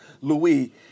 Louis